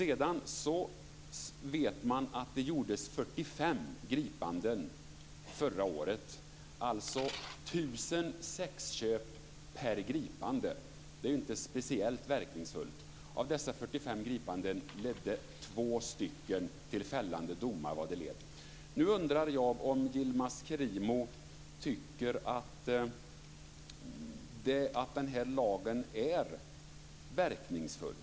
Man vet att det gjordes 45 gripanden förra året. Det handlar alltså om 1 000 sexköp per gripande. Detta är således inte speciellt verkningsfullt. Av dessa 45 gripanden ledde 2 till fällande dom vad det led. Jag undrar om Yilmaz Kerimo tycker att den här lagen är verkningsfull.